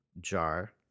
jar